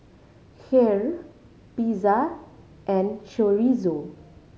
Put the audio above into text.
Kheer Pizza and Chorizo